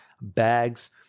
bags